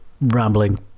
rambling